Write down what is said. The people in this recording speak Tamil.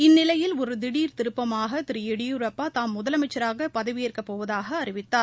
இந்நிலையில் ஒரு திசர் திருப்பமாக திரு எடியூரப்பா தாம் முதலமைச்சராக பதவியேற்கப் போவதாக அறிவித்தார்